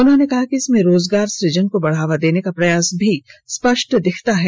उन्होंने कहा कि इसमें रोजगार सुजन को बढ़ावा देने का प्रयास भी स्पष्ट दिखता है